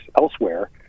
elsewhere